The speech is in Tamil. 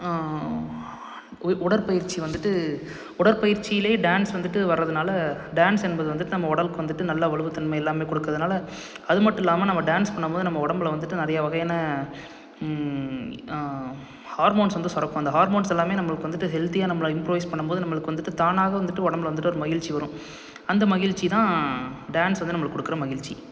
உ உடற்பயிற்சி வந்துட்டு உடற்பயிற்சியிலே டான்ஸ் வந்துட்டு வரதனால டான்ஸ் என்பது வந்துட்டு நம்ம உடலுக்கு வந்துட்டு நல்ல வலுவுதன்மை எல்லாமே கொடுக்கறதுனால அதுமட்டுல்லாமல் நம்ம டான்ஸ் பண்ணும்போது நம்ம உடம்பில் வந்துட்டு நிறைய வகையான ஹார்மோன்ஸ் வந்து சுரக்கும் அந்த ஹார்மோன்ஸ் எல்லாமே நம்மளுக்கு வந்துட்டு ஹெல்த்தியாக நம்மளை இம்ப்ரோவைஸ் பண்ணும்போது நம்மளுக்கு வந்துட்டு தானாக வந்துட்டு உடம்பில் வந்துட்டு ஒரு மகிழ்ச்சி வரும் அந்த மகிழ்ச்சி தான் டான்ஸ் வந்து நம்மளுக்கு கொடுக்கற மகிழ்ச்சி